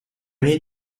need